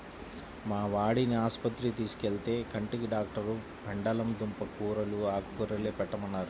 మా వాడిని ఆస్పత్రికి తీసుకెళ్తే, కంటి డాక్టరు పెండలం దుంప కూరలూ, ఆకుకూరలే పెట్టమన్నారు